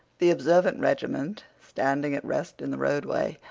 the observant regiment, standing at rest in the roadway,